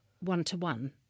one-to-one